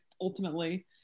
ultimately